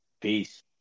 Peace